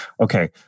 okay